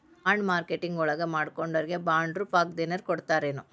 Bond marketing ವಳಗ ಹೂಡ್ಕಿಮಾಡ್ದೊರಿಗೆ ಬಾಂಡ್ರೂಪ್ದಾಗೆನರ ಕೊಡ್ತರೆನು?